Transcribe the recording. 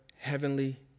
heavenly